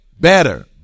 Better